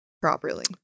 properly